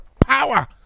power